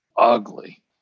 ugly